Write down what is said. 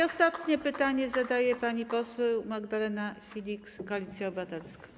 Ostatnie pytanie zadaje pani poseł Magdalena Filiks, Koalicja Obywatelska.